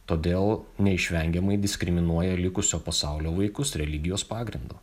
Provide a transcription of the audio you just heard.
todėl neišvengiamai diskriminuoja likusio pasaulio vaikus religijos pagrindu